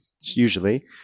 usually